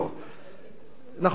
נכון.